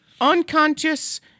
unconscious